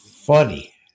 Funny